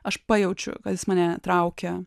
aš pajaučiau kad jis mane traukia